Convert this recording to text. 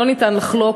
לא ניתן לחלוק.